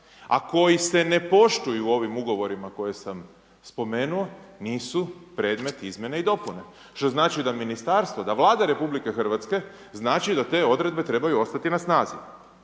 a koji se ne poštuju ovim ugovorima koje sam spomenuo, nisu predmet izmjene i dopune. Što znači da Ministarstvo, da Vlada RH znači da te odredbe trebaju ostati na snazi.